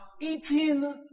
eating